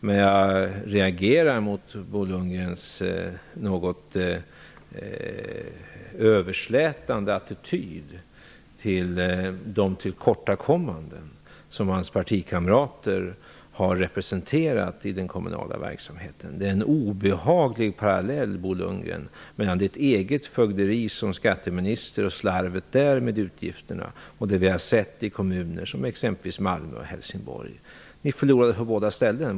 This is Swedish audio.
Men jag reagerar mot Bo Lundgrens något överslätande attityd till de tillkortakommanden som hans partikamrater har representerat i den kommunala verksamheten. Det finns en obehaglig parallell mellan Bo Lundgrens eget fögderi som skatteminister och slarvet med utgifterna och det vi har sett i kommuner som exempelvis Malmö och Helsingborg. Ni förlorade på båda ställena.